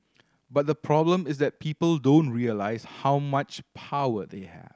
but the problem is that people don't realise how much power they have